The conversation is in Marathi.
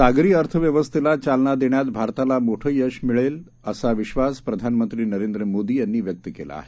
सागरी अर्थव्यवस्थेला चालना देण्यात भारताला मोठं यश मिळवेल असा विश्वास प्रधानमंत्री नरेंद्र मोदी यांनी व्यक्त केला आहे